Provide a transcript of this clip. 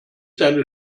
deine